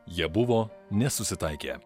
jie buvo nesusitaikę